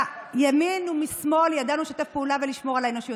מהימין ומשמאל ידענו לשתף פעולה ולשמור על האנושיות.